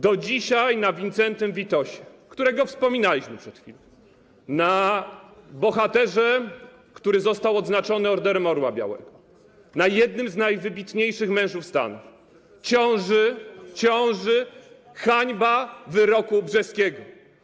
Do dzisiaj na Wincentym Witosie, którego wspominaliśmy przed chwilą, na bohaterze, który został odznaczony Orderem Orła Białego, na jednym z najwybitniejszych mężów stanu ciąży hańba wyroku brzeskiego.